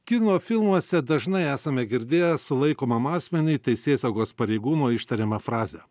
kino filmuose dažnai esame girdėję sulaikomam asmeniui teisėsaugos pareigūnų ištariamą frazę